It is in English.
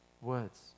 words